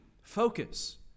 focus